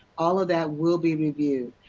all of that will be reviewed.